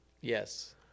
Yes